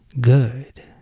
good